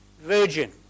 virgin